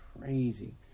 crazy